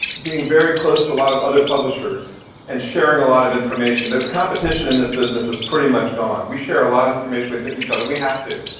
being very close to a lot of other publishers and sharing a lot of information. the competition in this business is pretty much gone. we share a lot of information with each other. we have to.